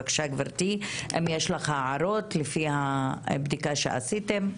בבקשה, גברתי, אם יש לך הערות לפי הבדיקה שעשיתם.